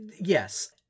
Yes